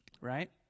right